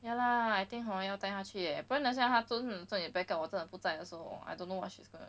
ya lah I think hor 要带她去 leh 不然等一下做 um 做一点 backup 我真的不再的时候 I don't know what she's going to do